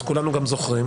אז כולנו גם זוכרים.